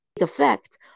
effect